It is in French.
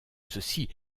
ceci